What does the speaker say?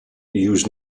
use